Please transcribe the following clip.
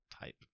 type